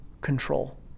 control